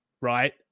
right